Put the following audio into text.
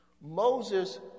Moses